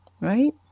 Right